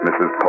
Mrs